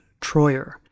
Troyer